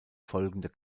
folgende